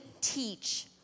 teach